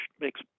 makes